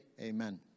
Amen